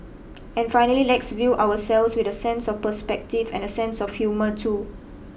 and finally let's view ourselves with a sense of perspective and a sense of humour too